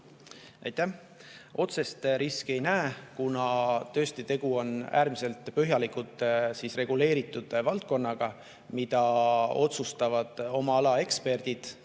Aitäh! Otsest riski ei näe, kuna tõesti tegu on äärmiselt põhjalikult reguleeritud valdkonnaga, kus otsustavad oma ala eksperdid